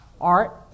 art